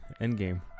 Endgame